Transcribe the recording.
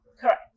Correct